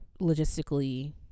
logistically